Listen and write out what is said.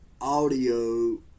audio